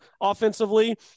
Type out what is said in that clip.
offensively